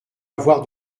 avoir